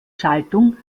schaltung